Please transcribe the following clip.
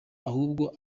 ahubwo